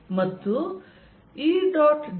ಮತ್ತು E